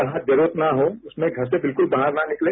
जहां जरूरत न हो उसमें घर से बिल्कुल बाहर न निकलें